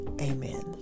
amen